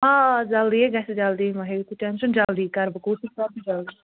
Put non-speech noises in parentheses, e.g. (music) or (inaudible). آ جلدی یے گژھِ جلدی مہ ہیٚیِو تُہۍ ٹینشَن جلدی کَر بہٕ کوٗشِش (unintelligible)